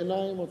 עיניים,